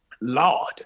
Lord